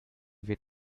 wird